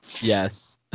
Yes